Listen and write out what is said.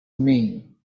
mean